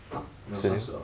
!huh! 没有三十二